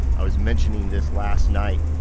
i was mentioning this last night,